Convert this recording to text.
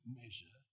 measure